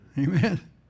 Amen